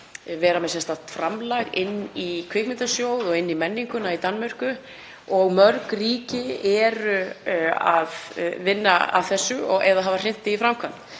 vera með sérstakt framlag inn í Kvikmyndasjóð og inn í menninguna í Danmörku og mörg ríki eru að vinna að þessu eða hafa hrint því í framkvæmd.